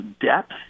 depth